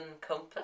Compass